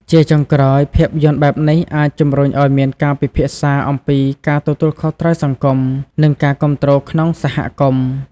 ជាចុងក្រោយ ភាពយន្តបែបនេះអាចជំរុញឲ្យមានការពិភាក្សាអំពីការទទួលខុសត្រូវសង្គម និងការគាំទ្រក្នុងសហគមន៍។